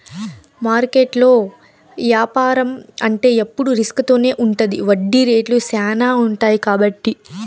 మార్కెట్లో యాపారం అంటే ఎప్పుడు రిస్క్ తోనే ఉంటది వడ్డీ రేట్లు శ్యానా ఉంటాయి కాబట్టి